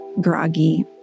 groggy